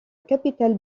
capitale